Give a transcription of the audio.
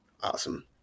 Awesome